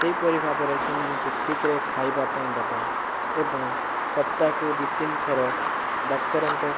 ସେହିପରି ଭାବରେ ସେମାନଙ୍କୁ ଠିକରେ ଖାଇବାପାଇଁ ଦେବା ଏବଂ ସପ୍ତାହକୁ ଦୁଇ ତିନିଥର ଡାକ୍ତରଙ୍କ